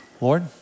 Lord